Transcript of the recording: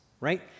right